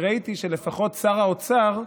כי ראיתי שלפחות שר האוצר,